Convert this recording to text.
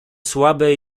słabe